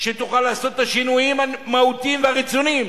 שתוכל לעשות בו את השינויים המהותיים והרצויים,